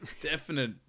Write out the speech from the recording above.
Definite